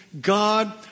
God